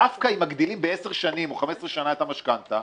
דווקא אם מגדילים ב-10 או 15 שנה את המשכנתא